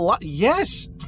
Yes